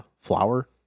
flour